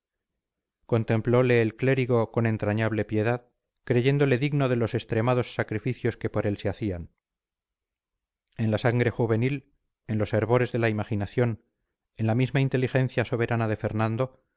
días contemplole el clérigo con entrañable piedad creyéndole digno de los extremados sacrificios que por él se hacían en la sangre juvenil en los hervores de la imaginación en la misma inteligencia soberana de fernando